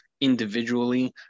individually